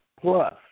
plus